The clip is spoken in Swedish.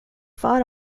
far